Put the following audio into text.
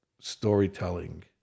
storytelling